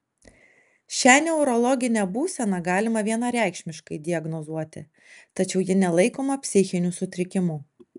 šią neurologinę būseną galima vienareikšmiškai diagnozuoti tačiau ji nelaikoma psichiniu sutrikimu